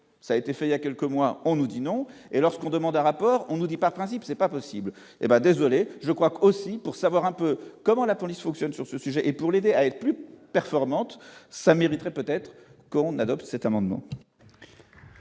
ça a été fait il y a quelques mois, on nous dit non et lorsqu'on demande un rapport, on nous dit, par principe, c'est pas possible, hé bah désolé je crois que, aussi, pour savoir un peu comment la police fonctionne sur ce sujet et pour l'aider à être plus performante, ça mériterait peut-être qu'on adopte cet amendement.